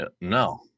No